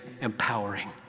empowering